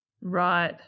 right